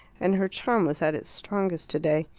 and her charm was at its strongest today.